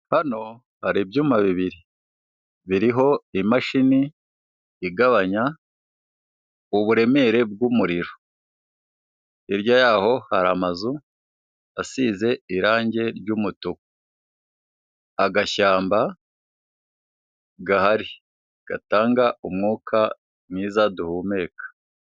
Hano hari ibyuma bibiri, biriho imashini igabanya uburemere bw'umuriro. Hirya yaho hari amazu asize irangi ry'umutuku, agashyamba gahari gatanga umwuka mwiza duhumeka.